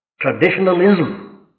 Traditionalism